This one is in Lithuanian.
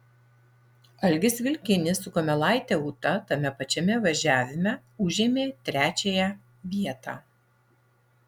algis vilkinis su kumelaite ūta tame pačiame važiavime užėmė trečiąją vietą